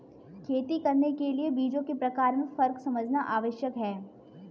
खेती करने के लिए बीजों के प्रकार में फर्क समझना आवश्यक है